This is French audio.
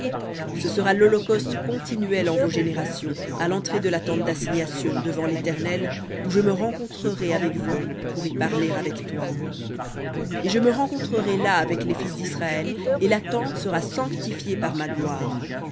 ce sera l'holocauste continuel en vos générations à l'entrée de la tente d'assignation devant l'éternel où je me rencontrerai avec vous pour y parler avec toi et je me rencontrerai là avec les fils d'israël et la tente sera sanctifiée par